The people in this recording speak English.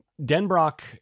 Denbrock